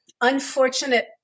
unfortunate